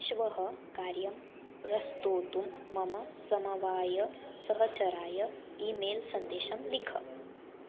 श्वः कार्यं प्रस्तोतुं मम समवायसहचराय ई मेल् सन्देशं लिख